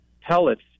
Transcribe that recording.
pellets